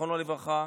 זיכרונו לברכה,